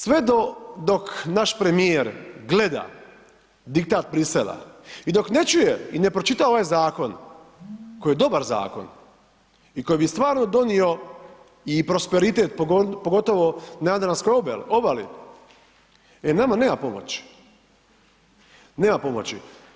Sve dok naš premijer gleda diktat Brisela i dok ne čuje i ne pročita ovaj zakon koji je dobar zakon i koji bi stvarno donio i prosperitet, pogotovo na Jadranskoj obali, e nama nema pomoći, nema pomoći.